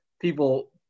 people